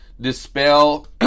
dispel